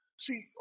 See